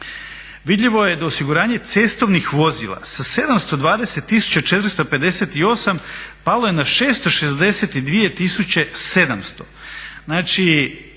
Vidljivo je da osiguranje cestovnih vozila sa 720 458 tisuća palo je na 662 700.